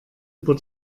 über